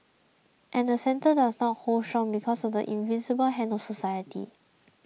and the centre doesn't hold strong because of the invisible hand of society